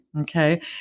Okay